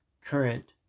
current